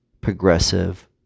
progressive